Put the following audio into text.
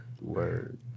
Word